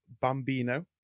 Bambino